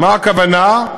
מה הכוונה?